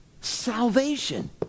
Salvation